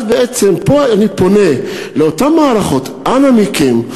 פה אני פונה לאותן מערכות: אנא מכן,